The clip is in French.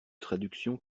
traductions